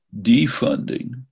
defunding